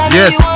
yes